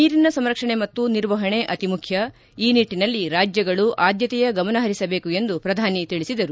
ನೀರಿನ ಸಂರಕ್ಷಣೆ ಮತ್ತು ನಿರ್ವಹಣೆ ಅತಿ ಮುಖ್ಯ ಈ ನಿಟ್ಟನಲ್ಲಿ ರಾಜ್ಯಗಳು ಆದ್ದತೆಯ ಗಮನಹರಿಸಬೇಕು ಎಂದು ಪ್ರಧಾನಿ ತಿಳಿಸಿದರು